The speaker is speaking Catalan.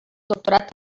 doctorat